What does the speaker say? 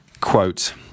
quote